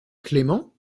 clément